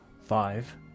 five